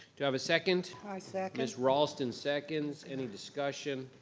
do i have a second? i second. ms. raulston seconds, any discussion?